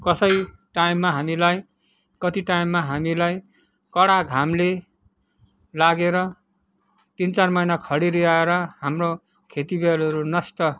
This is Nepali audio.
कसै टाइममा हामीलाई कति टाइममा हामीलाई कडा घामले लागेर तिन चार महिना खडेरी आएर हाम्रो खेतीहरू नष्ट